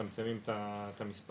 ומצמצמים את המספרים.